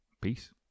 peace